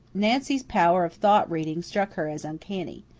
nancy's power of thought-reading struck her as uncanny.